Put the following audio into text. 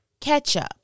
ketchup